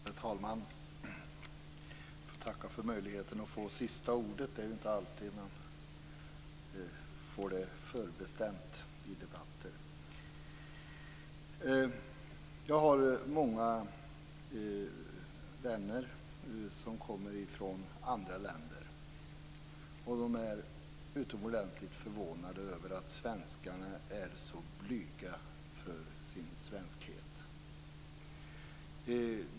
Herr talman! Jag får tacka för möjligheten att få sista ordet. Det är inte alltid det är förbestämt i debatter. Jag har många vänner som kommer från andra länder. De är utomordentligt förvånade över att svenskarna är så blyga för sin svenskhet.